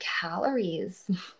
calories